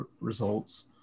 results